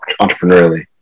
entrepreneurially